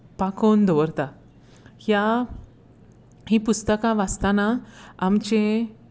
पांकोवन दवरता ह्या हीं पुस्तकां वाचतना आमचें